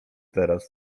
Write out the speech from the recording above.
teraz